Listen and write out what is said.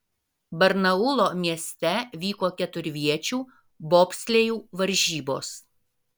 barnaulo mieste vyko keturviečių bobslėjų varžybos